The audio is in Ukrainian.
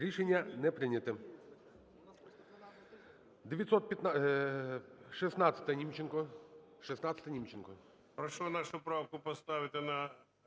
Рішення не прийнято.